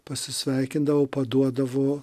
pasisveikindavo paduodavo